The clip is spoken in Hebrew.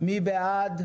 מי בעד?